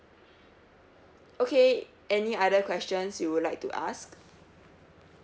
okay any other questions you would like to ask